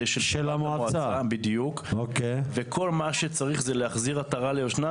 זה של המועצה וכל מה שצריך זה להחזיר עטרה ליושנה,